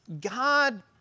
God